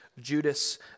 Judas